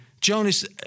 Jonas